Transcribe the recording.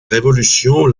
révolution